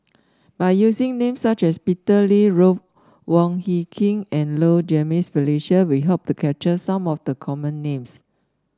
by using names such as Peter Lee Ruth Wong Hie King and Low Jimenez Felicia we hope to capture some of the common names